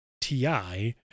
ti